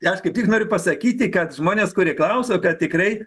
aš kaip tik noriu pasakyti kad žmonės kurie klauso kad tikrai